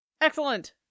Excellent